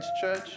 church